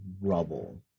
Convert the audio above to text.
rubble